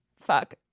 fuck